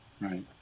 Right